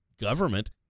government